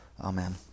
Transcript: Amen